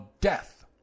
death